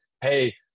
Hey